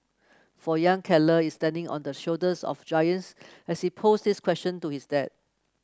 for young Keller is standing on the shoulders of giants as he posed these question to his dad